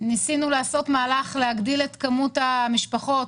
ניסינו לעשות מהלך להגדיל את כמות המשפחות